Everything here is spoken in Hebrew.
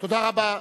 תודה רבה.